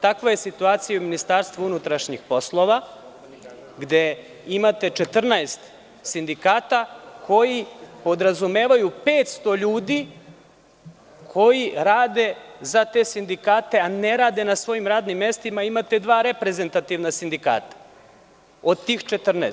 Takva je situacija i u Ministarstvu unutrašnjih poslova, gde imate 14 sindikata koji podrazumevaju 500 ljudi koji rade za te sindikate, a ne rade na svojim radnim mestima i imate dva reprezentativna sindikata od tih 14.